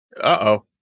Uh-oh